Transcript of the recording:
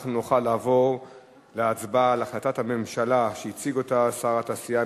אנחנו נוכל לעבור להצבעה על החלטת הממשלה שהציג שר התעשייה,